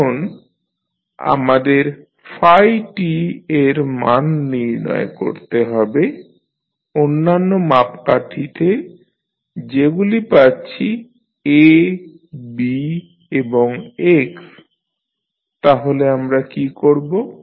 এখন আমাদের t এর মান নির্ণয় করতে হবে অন্যান্য মাপকাঠিতে যেগুলি পাচ্ছি A B এবং x তাহলে আমরা কী করব